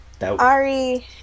Ari